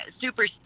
super